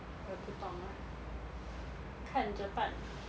我也不懂啦看你怎么办